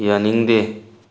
ꯌꯥꯅꯤꯡꯗꯦ